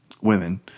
women